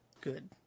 Good